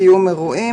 קיום אירועים.